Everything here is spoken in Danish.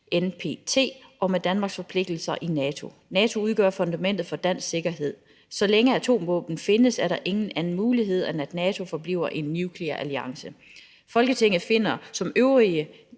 (NPT) og med Danmarks forpligtelser i NATO. NATO udgør fundamentet for dansk sikkerhed. Så længe atomvåben findes, er der ingen anden mulighed, end at NATO forbliver en nuklear alliance. Folketinget finder som øvrige